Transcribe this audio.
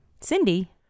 Cindy